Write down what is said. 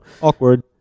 Awkward